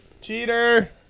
Cheater